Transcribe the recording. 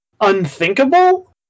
unthinkable